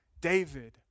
David